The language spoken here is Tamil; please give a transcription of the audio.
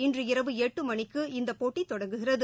இன்று இரவு எட்டு மணிக்கு இந்த போட்டி தொடங்குகிறது